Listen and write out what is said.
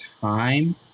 time